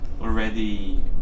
already